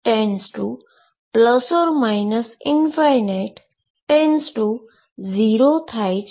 તેથી x→±∞→0 થાય છે